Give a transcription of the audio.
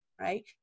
Right